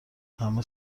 همه